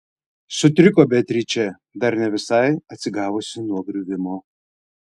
sutriko beatričė dar ne visai atsigavusi nuo griuvimo